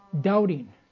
doubting